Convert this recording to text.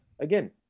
again